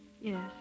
Yes